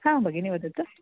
हा भगिनि वदतु